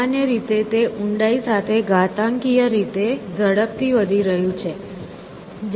સામાન્ય રીતે તે ઊંડાઈ સાથે ઘાતાંકીય રીતે ઝડપથી વધી રહ્યું છે